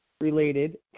related